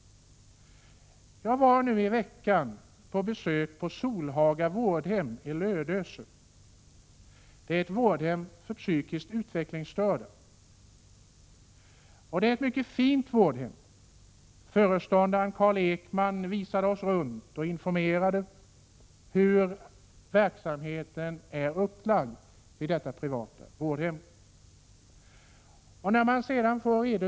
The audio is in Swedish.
Jag var nu i veckan på besök på Solhaga vårdhem i Lödöse. Det är ett vårdhem för psykiskt utvecklingsstörda. Det är ett mycket fint vårdhem. Föreståndaren, Carl Ekman, visade oss runt och informerade om hur verksamheten vid detta privata vårdhem är upplagd.